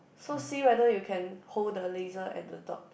so see whether you can hold the laser at the dot